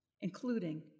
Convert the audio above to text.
including